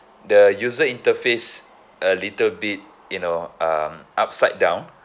the user interface a little bit you know um upside down